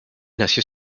nació